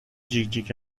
جیکجیک